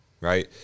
right